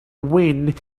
wind